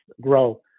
grow